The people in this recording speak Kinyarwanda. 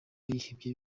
yihebye